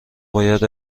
باید